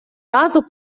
разу